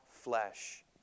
flesh